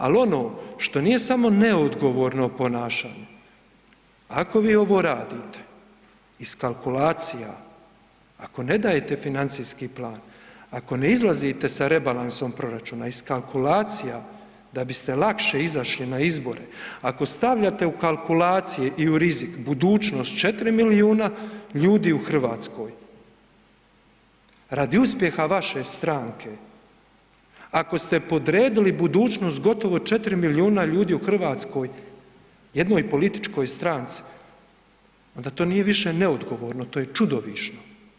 Ali ono što nije samo neodgovorno ponašanje, ako vi ovo radite iz kalkulacija, ako ne dajete financijski plan, ako ne izlazite sa rebalansom proračuna iz kalkulacija da biste lakše izašli na izbore, ako stavljate u kalkulacije i u rizik budućnost 4 milijuna ljudi u Hrvatskoj radi uspjeha vaše stranke, ako ste podredili budućnost gotovo 4 milijuna ljudi u Hrvatskoj jednoj političkoj stranici onda to više nije neodgovorno to je čudovišno.